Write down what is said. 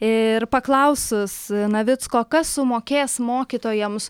ir paklausus navicko kas sumokės mokytojams